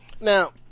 Now